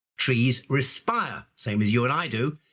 trees respire, same as you and i do,